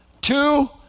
Two